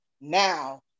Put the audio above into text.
Now